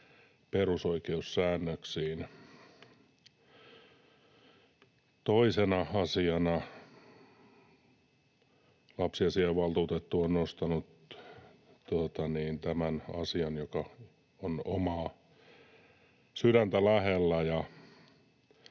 perusoikeussäännöksiin. Toisena asiana lapsiasiainvaltuutettu on nostanut tämän asian, joka on omaa sydäntäni lähellä: